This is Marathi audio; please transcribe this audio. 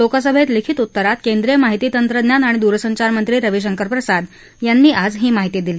लोकसभेत लिखित उत्तरात केंद्रीय माहिती तंत्रज्ञान आणि दूरसंचार मंत्री रविशंकर प्रसाद यांनी आज ही माहिती दिली